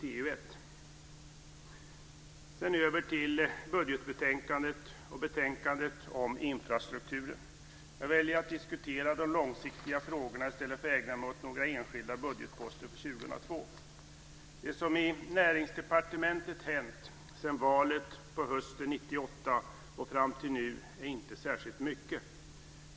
Jag går sedan över till budgetbetänkandet och betänkandet om infrastrukturen. Jag väljer att diskutera de långsiktiga frågorna i stället för att ägna mig åt några enskilda budgetposter för 2002. Det som hänt i Näringsdepartementet sedan valet på hösten 1998 och fram till nu är inte särskilt mycket.